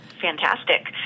Fantastic